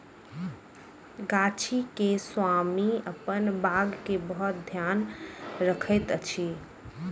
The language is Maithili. गाछी के स्वामी अपन बाग के बहुत ध्यान रखैत अछि